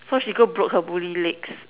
so she go broke her Bully legs